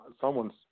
someone's